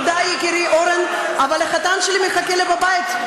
תודה, יקירי אורן, אבל החתן שלי מחכה לי בבית.